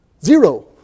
Zero